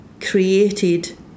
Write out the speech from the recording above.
created